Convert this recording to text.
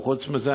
וחוץ מזה,